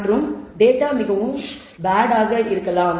மற்றும் டேட்டா மிகவும் பேட் ஆக இருக்கலாம்